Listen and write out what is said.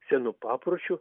senu papročiu